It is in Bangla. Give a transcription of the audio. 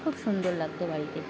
খুব সুন্দর লাগত বাড়িতে